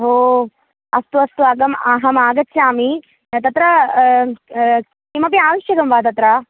ओ अस्तु अस्तु अहम् अहमागच्छामि तत्र किमपि आवश्यकं वा तत्र